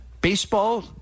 Baseball